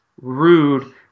Rude